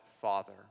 Father